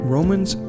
Romans